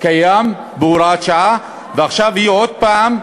קיים בהוראת שעה, ועכשיו היא עוד הפעם,